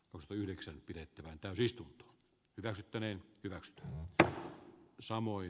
olin yhdeksän pidetty täysi istuntoa edeltäneen hyväkseen samoin